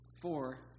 Four